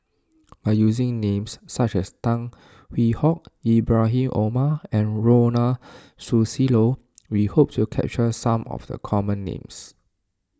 by using names such as Tan Hwee Hock Ibrahim Omar and Ronald Susilo we hope to capture some of the common names